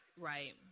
Right